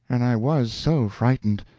and i was so frightened!